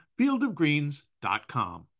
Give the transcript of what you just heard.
fieldofgreens.com